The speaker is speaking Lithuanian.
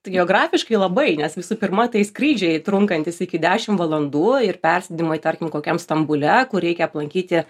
tai geografiškai labai nes visų pirma tai skrydžiai trunkantys iki dešimt valandų ir persėdimai tarkim kokiam stambule kur reikia aplankyti